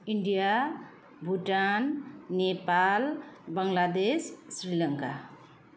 India Bhutan Nepal Bangladesh Sri Lanka